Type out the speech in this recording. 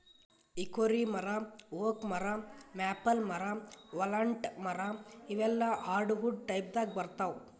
hickory ಮರಾ oak ಮರಾ maple ಮರಾ ವಾಲ್ನಟ್ ಮರಾ ಇವೆಲ್ಲಾ ಹಾರ್ಡವುಡ್ ಟೈಪ್ದಾಗ್ ಬರ್ತಾವ್